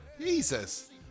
Jesus